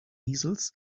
easels